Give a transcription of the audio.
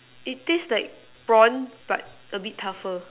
it taste like prawn but a bit tougher